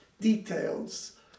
details